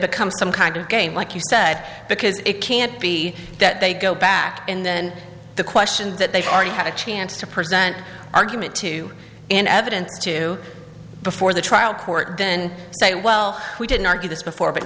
becomes some kind of game like you said because it can't be that they go back and then the question that they've already had a chance to present argument to in evidence to before the trial court then say well we didn't argue this before but